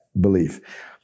belief